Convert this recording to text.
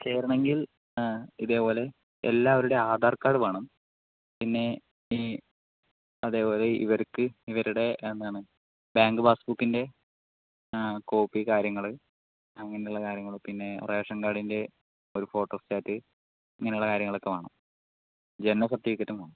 ചേരണമെങ്കിൽ ഇതേപോലെ എല്ലാവരുടെയും ആധാർകാർഡ് വേണം പിന്നെ അതേപോലെ ഇവർക്ക് ഇവരുടെയെന്താണ് ബാങ്ക് പാസ്സ്ബുക്കിൻ്റ കോപ്പി കാര്യങ്ങൾ അങ്ങനെയുള്ള കാര്യങ്ങൾ പിന്നെ റേഷൻകാർഡിൻ്റെയൊരു ഫോട്ടോസ്റ്റാറ്റ് ഇങ്ങനെയുള്ള കാര്യങ്ങളൊക്കെ വേണം ജനന സെർട്ടിഫിക്കറ്റും വേണം